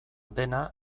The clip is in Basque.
dena